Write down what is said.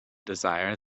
desire